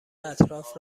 اطراف